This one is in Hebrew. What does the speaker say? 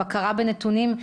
בקרה בנתונים,